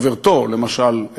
למשל,